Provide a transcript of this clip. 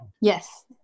Yes